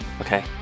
Okay